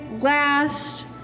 last